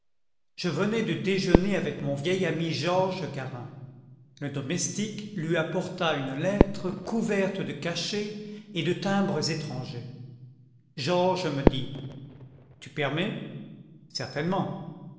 je venais de déjeuner avec mon vieil ami georges garin le domestique lui apporta une lettre couverte de cachets et de timbres étrangers georges me dit tu permets certainement